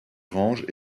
grange